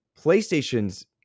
PlayStation's